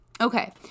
Okay